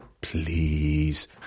please